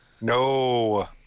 No